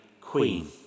queen